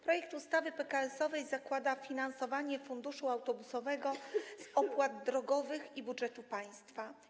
Projekt ustawy PKS-owej zakłada finansowanie funduszu autobusowego z opłat drogowych i budżetu państwa.